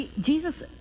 Jesus